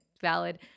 valid